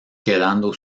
quedando